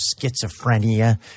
schizophrenia